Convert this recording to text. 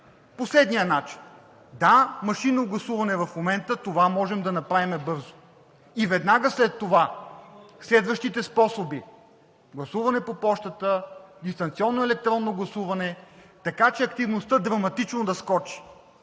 по следния начин. Да, машинно гласуване в момента, това можем да направим бързо, и веднага след това следващите способи – гласуване по пощата, дистанционно електронно гласуване, така че активността драматично да скочи.